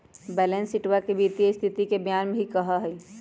balance शीटवा के वित्तीय स्तिथि के बयान भी कहा हई